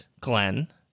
glenn